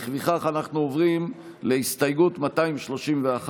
לפיכך אנחנו עוברים להסתייגות 231,